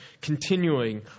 continuing